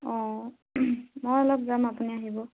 অঁ মই অলপ যাম আপুনি আহিব